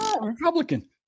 Republican